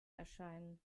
erscheinen